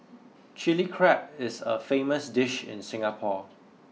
chilli crab is a famous dish in Singapore